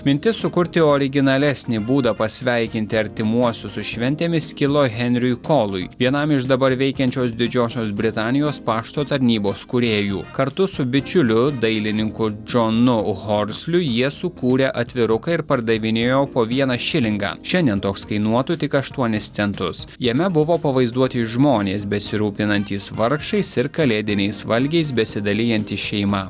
mintis sukurti originalesnį būdą pasveikinti artimuosius su šventėmis kilo henriui kolui vienam iš dabar veikiančios didžiosios britanijos pašto tarnybos kūrėjų kartu su bičiuliu dailininku džonu horsliu jie sukūrė atviruką ir pardavinėjo po vieną šilingą šiandien toks kainuotų tik aštuonis centus jame buvo pavaizduoti žmonės besirūpinantys vargšais ir kalėdiniais valgiais besidalijanti šeima